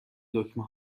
دکمه